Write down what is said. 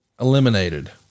eliminated